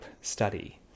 study